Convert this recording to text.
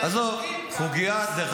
זה ליהודים גם --- דרך אגב,